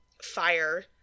fire